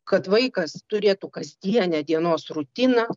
kad vaikas turėtų kasdienę dienos rutiną